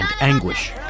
anguish